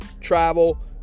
travel